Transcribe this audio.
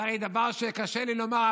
זה הרי דבר שקשה לי לומר,